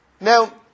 Now